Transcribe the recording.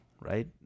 right